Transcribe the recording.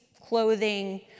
clothing